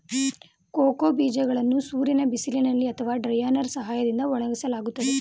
cocoa ಬೀಜಗಳನ್ನು ಸೂರ್ಯನ ಬಿಸಿಲಿನಲ್ಲಿ ಅಥವಾ ಡ್ರೈಯರ್ನಾ ಸಹಾಯದಿಂದ ಒಣಗಿಸಲಾಗುತ್ತದೆ